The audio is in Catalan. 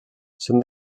són